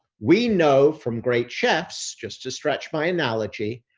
we know from great chefs, just to stretch my analogy,